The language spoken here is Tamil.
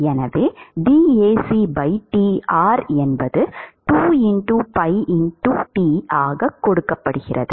எனவே dAc Tr ஆனது 2 pi t ஆக கொடுக்கப்படுகிறது